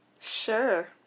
Sure